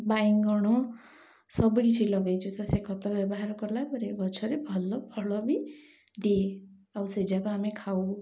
ବାଇଗଣ ସବୁ କିିଛି ଲଗେଇଛୁ ତ ସେ ଖତ ବ୍ୟବହାର କଲା ପରେ ଗଛରେ ଭଲ ଫଳ ବି ଦିଏ ଆଉ ସେ ଯାକ ଆମେ ଖାଉ